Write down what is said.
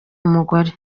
umugore